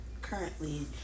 currently